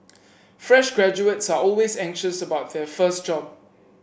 fresh graduates are always anxious about their first job